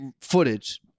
footage